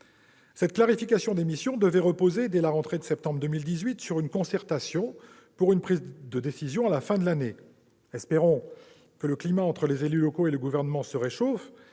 Cette « clarification des missions » devait reposer, dès la rentrée de septembre 2018, sur une concertation pour une prise de décision à la fin de l'année. Espérons que le climat entre les élus locaux et le Gouvernement se réchauffe